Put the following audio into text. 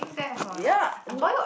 ya no